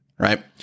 right